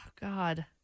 God